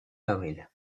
avril